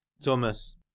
Thomas